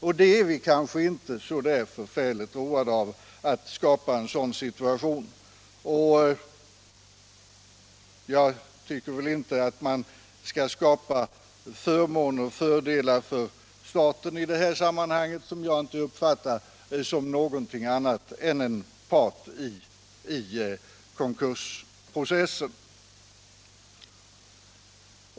Vi är kanske inte så särskilt roade av att skapa en sådan situation. Jag tycker inte heller att man i detta sammanhang bör skapa särskilda förmåner eller fördelar för staten, som jag inte uppfattar som någonting annat än en part i konkursprocessen.